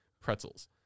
pretzels